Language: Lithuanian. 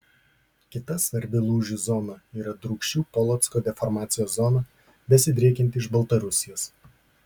kita svarbi lūžių zona yra drūkšių polocko deformacijos zona besidriekianti iš baltarusijos